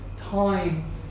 time